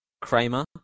Kramer